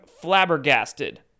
flabbergasted